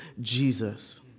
Jesus